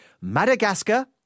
Madagascar